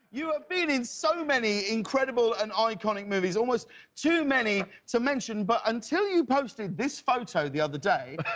you have been in so many incredible and iconic movies. almost too many to mention, but until you posted this photo the other day,